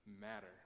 matter